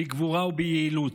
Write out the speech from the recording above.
בגבורה וביעילות.